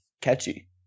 catchy